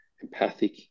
empathic